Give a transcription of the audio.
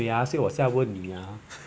对呀所以我现在问你啊